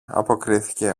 αποκρίθηκε